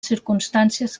circumstàncies